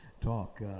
talk